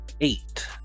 eight